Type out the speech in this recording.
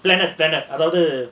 planet அதாவது:adhaavathu